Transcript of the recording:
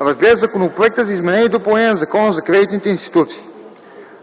разгледа Законопроекта за изменение и допълнение на Закона за кредитните институции.